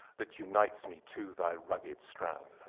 that unites me to thy rugged strand!